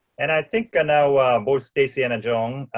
and i think i know both stacey and john,